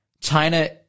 China